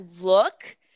look